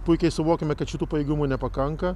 puikiai suvokiame kad šitų pajėgumų nepakanka